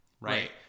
right